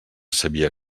sabia